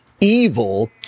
evil